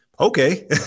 okay